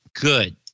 good